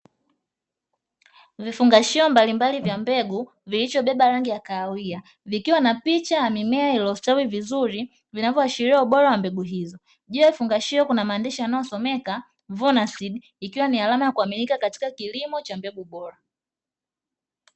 Vifungashio mbalimbali vya mbegu vilivyobeba rangi ya kahawia vikiwa na picha ya mimea iliyostawi vizuri vinavyoashiria ubora wa mbegu hizo, juu ya vifungashio kuna maandishi yanayosomeka "vunaseed" ikiwa ni alama ya kuaminika katika kilimo cha mbegu bora.